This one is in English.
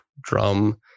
drum